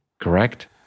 Correct